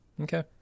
Okay